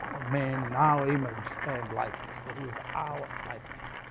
man in our image and likeness, so here's our likeness.